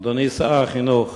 אדוני שר החינוך,